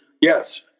yes